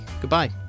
goodbye